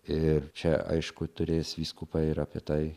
ir čia aišku turės vyskupai ir apie tai